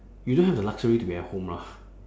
you don't have the luxury to be at home lah